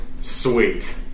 Sweet